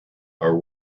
are